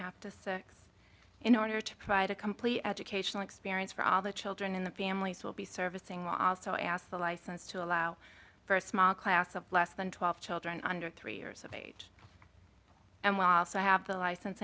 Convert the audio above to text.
a half to six in order to provide a complete educational experience for all the children in the families will be servicing also asked the license to allow for a small class of less than twelve children under three years of age and have the license